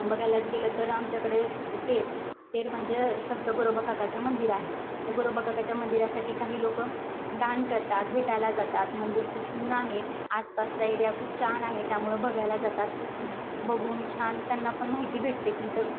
बघायलाच गेलं तर आमच्याकडे तेर तेर म्हणजे संत गोरोबा काकाचं मंदिर आहे तर गोरोबा काकाच्या मंदिरासाठी काही लोकं दान करतात भेटायला जातात मंदिर खूप जुनं आहे आसपासचा एरिया खूप छान आहे त्यामुळं बघायला जातात बघून छान त्यांना पण माहिती भेटते की इथं